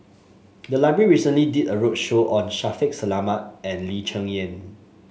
the library recently did a roadshow on Shaffiq Selamat and Lee Cheng Yan